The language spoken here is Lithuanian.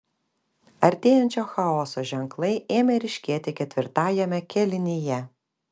artėjančio chaoso ženklai ėmė ryškėti ketvirtajame kėlinyje